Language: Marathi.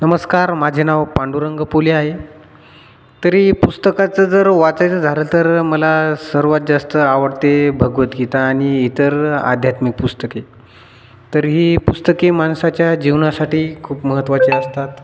नमस्कार माझे नाव पांडुरंग फुले आहे तरी पुस्तकाचं जर वाचायचं झालं तर मला सर्वात जास्त आवडते भगवद्गीता आणि इतर आध्यात्मिक पुस्तके तर ही पुस्तके माणसाच्या जीवनासाठी खूप महत्त्वाचे असतात